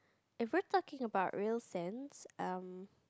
if we're talking about real cents um